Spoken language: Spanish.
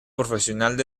profesional